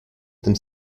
tym